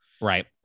Right